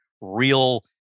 real